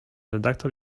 redaktor